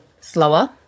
slower